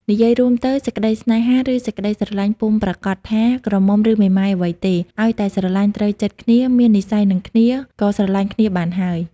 និយាយរួមទៅ សេចក្ដីស្នេហា ឬសេចក្ដីស្រលាញ់ពុំប្រាកដថា ក្រមុំឫមេម៉ាយអ្វីទេ ឲ្យតែស្រលាញ់ ត្រូវចិត្តគ្នា មាននិស្ស័យនឹងគ្នា ក៏ស្រលាញ់គ្នាបានហើយ ។